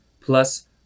plus